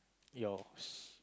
yours